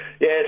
Yes